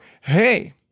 Hey